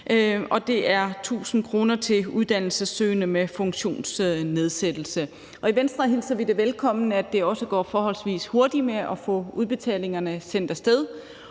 og om 1.000 kr. til uddannelsessøgende med funktionsnedsættelse. I Venstre hilser vi det velkommen, at det også går forholdsvis hurtigt med at få udbetalingerne sendt af sted